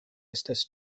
estas